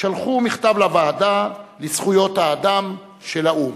שלחו מכתב לוועדה לזכויות האדם של האו"ם.